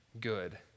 good